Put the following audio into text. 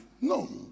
no